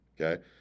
okay